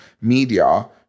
media